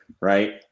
Right